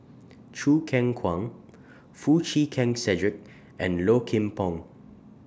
Choo Keng Kwang Foo Chee Keng Cedric and Low Kim Pong